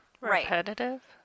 Repetitive